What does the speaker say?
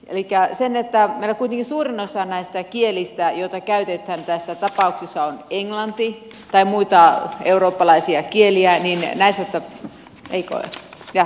elikkä se että meillä kuitenkin suurin osa näistä kielistä joita käytetään tässä tapauksessa on englantia tai muita eurooppalaisia kieliä ei näe sitä heikot ja